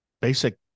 basic